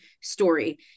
story